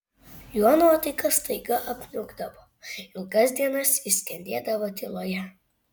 jo nuotaika staiga apniukdavo ilgas dienas jis skendėdavo tyloje